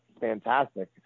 fantastic